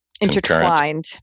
intertwined